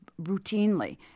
routinely